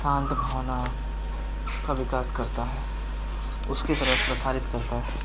शांत भावना का विकास करता है उसकी तरफ प्रसारित करता है